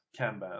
Kanban